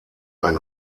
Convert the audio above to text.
ein